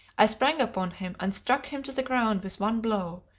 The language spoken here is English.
i sprang upon him, and struck him to the ground with one blow,